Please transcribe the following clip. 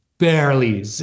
Barely